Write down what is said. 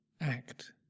act